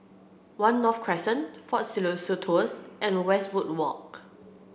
One North Crescent Fort Siloso Tours and Westwood Walk